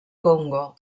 congo